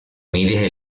mide